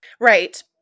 Right